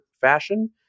fashion